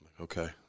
Okay